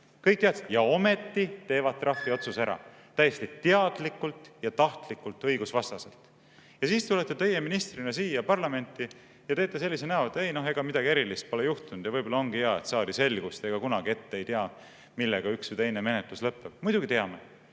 Kõik teadsid. Ometi tehakse trahviotsus ära, täiesti teadlikult ja tahtlikult õigusvastaselt. Siis tulete teie ministrina siia parlamenti ja teete sellise näo, et ega midagi erilist pole juhtunud, ja ütlete, et võib-olla ongi hea, et saadi selgust, sest ega kunagi ette ei tea, millega üks või teine menetlus lõpeb. Muidugi teame!